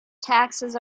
taxes